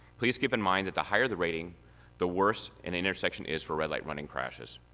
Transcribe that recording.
please keep in mind that the higher the rating the worst an intersection is for red light running crashes.